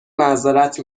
معذرت